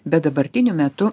bet dabartiniu metu